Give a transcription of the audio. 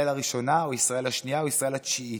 הראשונה או ישראל השנייה או ישראל התשיעית.